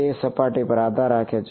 તે સપાટી પર આધાર રાખે છે